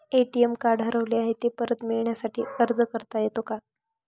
ATM card हरवले आहे, ते परत मिळण्यासाठी अर्ज करता येतो का?